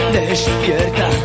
despierta